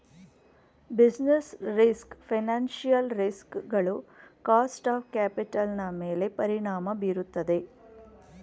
business risk financial ರಿಸ್ ಗಳು cost of capital ನನ್ಮೇಲೆ ಪರಿಣಾಮ ಬೀರುತ್ತದೆ